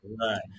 Right